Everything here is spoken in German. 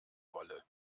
wolle